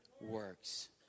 works